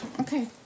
Okay